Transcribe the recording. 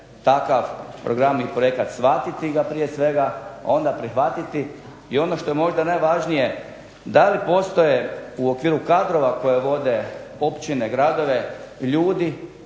takav program i projekat shvatiti ga prije svega, onda prihvatiti i ono što je možda najvažnije da li postoje u okviru kadrova koje vode općine, gradove ljudi